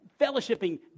fellowshipping